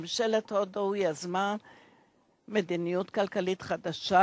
ממשלת הודו יזמה מדיניות כלכלית חדשה,